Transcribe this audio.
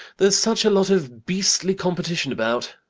there's such a lot of beastly competition about.